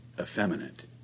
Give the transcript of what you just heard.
effeminate